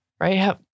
right